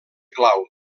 clau